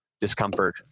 discomfort